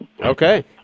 Okay